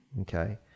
Okay